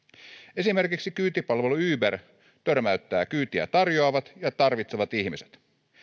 esimerkiksi kyytipalvelu uber törmäyttää kyytiä tarjoavat ja tarvitsevat ihmiset